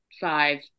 five